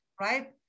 right